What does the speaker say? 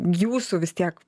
jūsų vis tiek